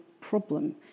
problem